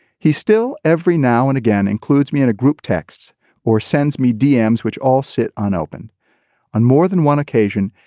he's still every now and again includes me in a group texts or sends me dems which all sit unopened on more than one occasion.